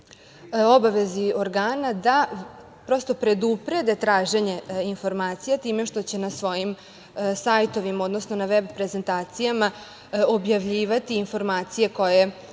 obavezi organa da prosto preduprede traženje informacije time što će na svojim sajtovima, odnosno na veb prezentacijama objavljivati informacije koje